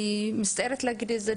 אני מצטערת להגיד את זה,